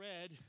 red